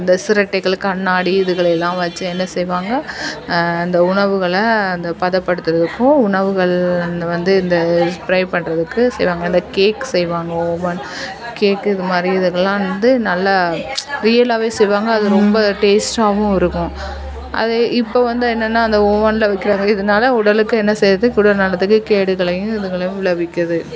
இந்த சிரட்டைகள் கண்ணாடி இதுகளைலாம் வச்சு என்ன செய்வாங்க அந்த உணவுகளை அந்த பதப்படுத்துவதற்கும் உணவுகள் அந்த வந்து இந்த ஸ்ப்ரே பண்ணுறதுக்கு சில மட கேக் செய்வாங்க ஓவன் கேக்கு இது மாரி இதுகள்லாம் வந்து நல்லா ரியலாகவே செய்வாங்க அது ரொம்ப டேஸ்ட்டாகவும் இருக்கும் அது இப்போ வந்து என்னென்னால் அந்த ஓவன்ல வைக்கிறது இதுனால உடலுக்கு என்ன செய்வது உடல் நலத்துக்கு கேடுகளையும் இதுகளையும் விளைவிக்குது